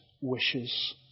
wishes